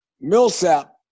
Millsap